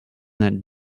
that